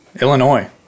Illinois